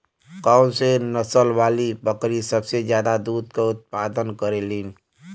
कौन से नसल वाली बकरी सबसे ज्यादा दूध क उतपादन करेली?